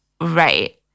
Right